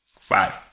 Five